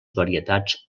varietats